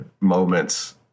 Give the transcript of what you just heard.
moments